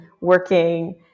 working